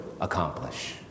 accomplish